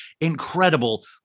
incredible